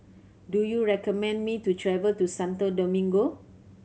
do you recommend me to travel to Santo Domingo